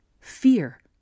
fear